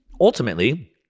ultimately